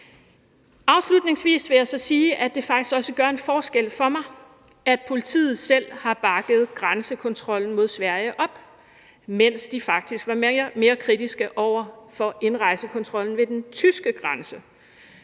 Afslutningsvis vil jeg så sige, at det også gør en forskel for mig, at politiet selv har bakket grænsekontrollen mod Sverige op, mens de faktisk var mere kritiske over for indrejsekontrollen ved den tyske grænse.